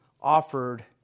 offered